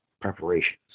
preparations